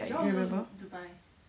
right you remember